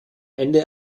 ende